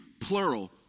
plural